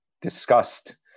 discussed